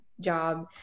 job